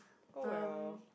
oh well